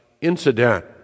incident